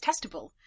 testable